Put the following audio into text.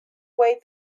way